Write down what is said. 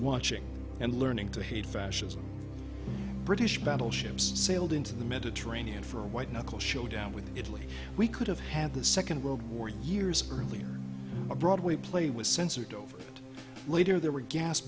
watching and learning to hate fascism british battleships sailed into the mediterranean for a white knuckle showdown with italy we could have had the second world war two years earlier a broadway play was censored over later there were gas